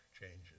changes